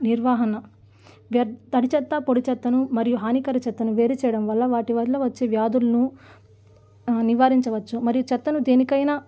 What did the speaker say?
నిర్వహణ వ్య తడి చెత్త పొడి చెత్తను మరియు హానికర చెత్తను వేరు చేయడం వల్ల వాటి వల్ల వచ్చే వ్యాధులను నివారించవచ్చు మరియు చెత్తను దేనికైన